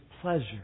pleasure